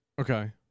okay